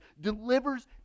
delivers